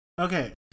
Okay